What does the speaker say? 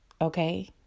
okay